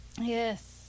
Yes